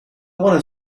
want